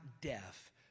deaf